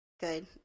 Good